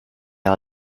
are